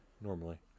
normally